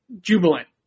jubilant